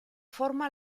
forma